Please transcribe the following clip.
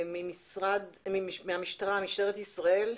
ממשטרת ישראל,